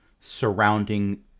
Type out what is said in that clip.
surrounding